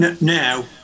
Now